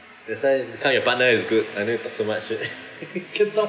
that's why tell your partner is good no need to talk so much can laugh